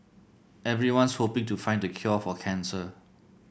everyone's hoping to find the cure for cancer